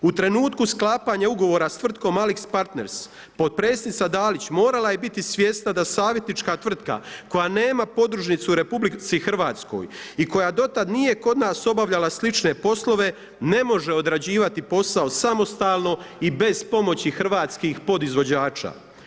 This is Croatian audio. U trenutku sklapanja ugovora sa tvrtkom AlixPartners potpredsjednica Dalić morala je biti svjesna da savjetnička tvrtka koja nema podružnicu u RH i koja do tad nije kod nas obavljala slične poslove ne može odrađivati posao samostalno i bez pomoći hrvatskih podizvođača.